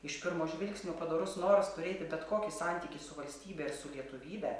iš pirmo žvilgsnio padorus noras turėti bet kokį santykį su valstybe ir su lietuvybe